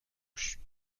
شما